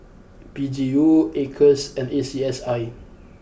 P G U Acres and A C S I